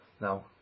Now